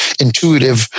intuitive